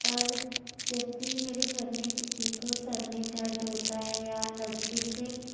اور جب بھی میرے گھر میں کسی کو سر میں درد ہوتا ہے یا نزلے سے